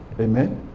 Amen